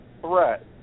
threat